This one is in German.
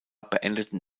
beendeten